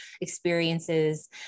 experiences